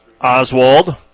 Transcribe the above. Oswald